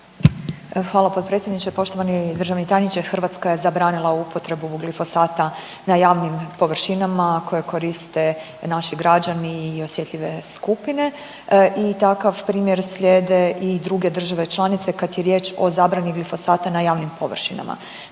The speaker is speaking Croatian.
Hvala potpredsjedniče, poštovani državni tajniče. Hrvatska je zabranila upotrebu glifosata na javnim površinama koje koriste naši građani i osjetljive skupine. I takav primjer slijede i druge države članice kad je riječ o zabrani glifosata na javnim površinama.